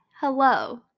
hello